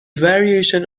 variation